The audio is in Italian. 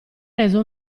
reso